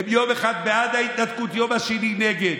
הם יום אחד בעד ההתנתקות וביום השני נגד.